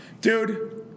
Dude